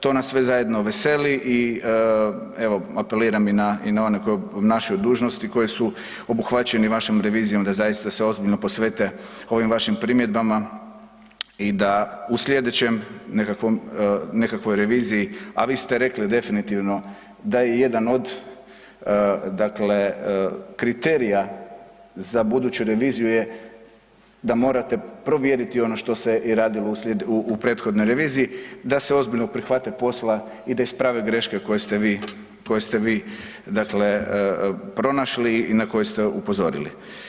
To nas sve zajedno veseli i evo, apeliram i na one koji obnašaju dužnost i koji su obuhvaćeni vašom revizijom, da zaista se ozbiljno posvete ovim vašim primjedbama i da u slijedećoj nekakvoj reviziji a vi ste rekli definitivno da je jedan od dakle kriterija za buduću reviziju je da morate provjeriti ono što ste radilo u prethodnoj reviziji, da se ozbiljno prihvate posla i da isprave greške koje ste vi dakle pronašli i na koje ste upozorili.